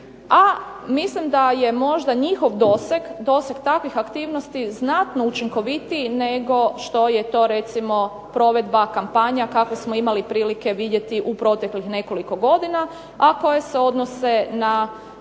a mislim da je možda njihov doseg, doseg takvih aktivnosti znatno učinkovitiji nego što je to recimo provedba kampanja kakve smo imali prilike vidjeti u proteklih nekoliko godina, a koje se odnose na